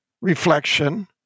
Reflection